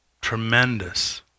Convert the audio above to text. tremendous